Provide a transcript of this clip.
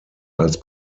als